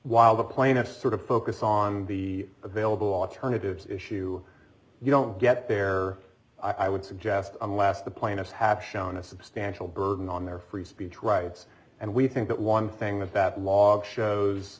while the plaintiffs sort of focus on the available alternatives issue you don't get there i would suggest unless the plaintiffs have shown a substantial burden on their free speech rights and we think that one thing that that log shows